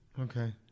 okay